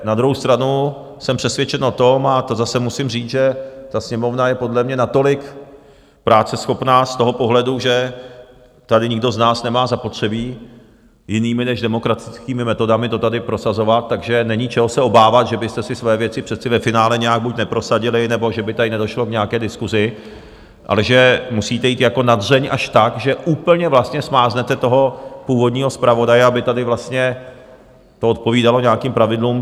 Na druhou stranu jsem přesvědčen o tom, a to zase musím říci, že ta Sněmovna je podle mě natolik práceschopná z toho pohledu, že tady nikdo z nás nemá zapotřebí jinými než demokratickými metodami to tady prosazovat, takže není, čeho se obávat, že byste si přece svoje věci ve finále buď nějak neprosadili, nebo že by tady nedošlo k nějaké diskusi, ale že musíte jít jako na dřeň až tak, že úplně vlastně smáznete toho původního zpravodaje, aby to odpovídalo nějakým pravidlům.